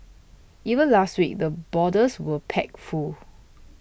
even last week the borders were packed full